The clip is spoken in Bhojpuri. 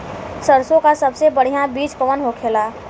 सरसों का सबसे बढ़ियां बीज कवन होखेला?